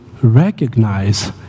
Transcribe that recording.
recognize